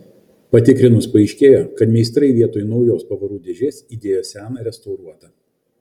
patikrinus paaiškėjo kad meistrai vietoj naujos pavarų dėžės įdėjo seną restauruotą